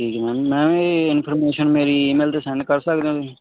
ਠੀਕ ਹੈ ma'am ma'am ਇਹ ਇਨਫੋਰਮੇਸ਼ਨ ਮੇਰੀ ਈਮੇਲ 'ਤੇ ਸੈਂਡ ਕਰ ਸਕਦੇ ਹੋ ਤੁਸੀਂ